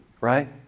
Right